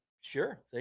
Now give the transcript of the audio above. sure